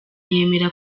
yemera